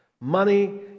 money